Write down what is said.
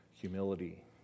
humility